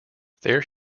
there